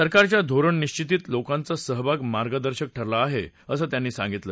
सरकारच्या धोरणनिश्वतीत लोकांचा सहभाग मार्गदर्शक ठरला आहे असं त्यांनी सांगितलं